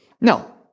No